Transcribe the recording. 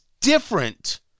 different